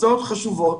הרצאות חשובות.